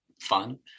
fun